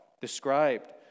described